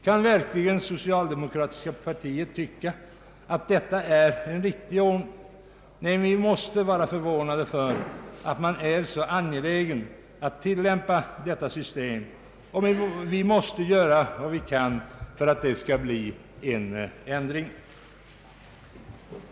Kan verkligen socialdemokraterna tycka att det är en riktig ordning? Nej, vi måste vara förvånade över att de är så angelägna om att tillämpa detta system och vi måste göra vad vi kan för att en ändring skall komma till stånd.